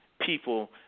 people